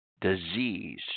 disease